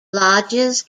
lodges